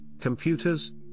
computers